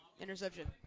Interception